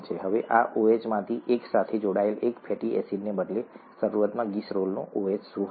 હવે આ OH માંથી એક સાથે જોડાયેલ એક ફેટી એસિડને બદલે શરૂઆતમાં ગ્લિસરોલનું OH શું હતું